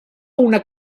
una